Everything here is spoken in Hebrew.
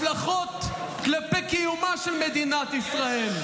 השלכות כלפי קיומה של מדינת ישראל.